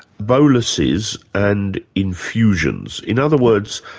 boluses and infusions. in other words,